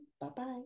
bye-bye